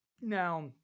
Now